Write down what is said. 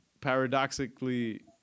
paradoxically